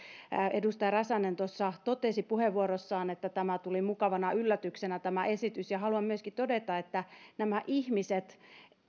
edustaja räsänen totesi puheenvuorossaan että tämä esitys tuli mukavana yllätyksenä ja haluan myöskin todeta että nämä ihmiset